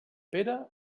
pere